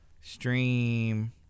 Stream